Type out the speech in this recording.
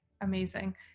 amazing